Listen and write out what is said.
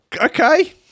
okay